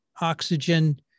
oxygen